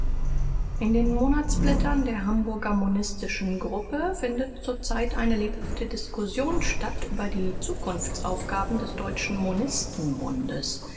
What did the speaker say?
in den monatsblättern der hamburger monistischen gruppe findet zur zeit eine lebhafte diskussion statt über die zukunftsaufgaben des deutschen